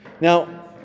Now